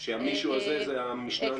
והמישהו הזה הוא המשנה לפרקליט המדינה?